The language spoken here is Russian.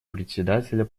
председателя